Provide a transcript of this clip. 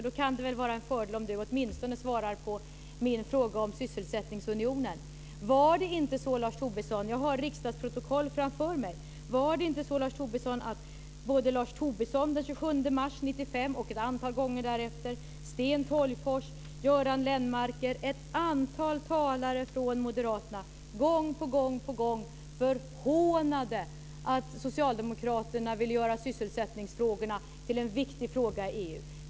Då kan det väl vara en fördel om Lars Tobisson åtminstone svarar på min fråga om sysselsättningsunionen. Var det inte så, Lars Tobisson - jag har riksdagsprotokollet framför mig - att Lars Tobisson den 27 mars 1995 och ett antal gånger därefter, Sten Tolgfors, Göran Lennmarker och ett antal andra talare från moderaterna gång på gång förhånade att socialdemokraterna ville göra sysselsättningsfrågan till en viktig fråga i EU?